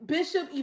Bishop